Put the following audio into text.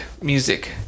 music